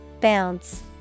Bounce